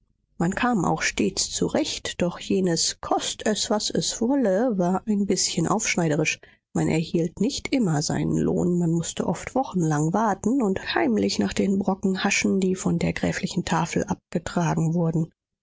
man kam auch stets zurecht doch jenes kost es was es wolle war ein bißchen aufschneiderisch man erhielt nicht immer seinen lohn man mußte oft wochenlang warten und heimlich nach den brocken haschen die von der gräflichen tafel abgetragen wurden